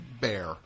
bear